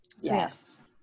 Yes